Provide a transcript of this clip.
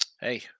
hey